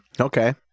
okay